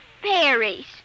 fairies